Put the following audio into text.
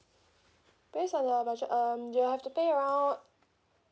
based on your budget um you have to pay around